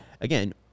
again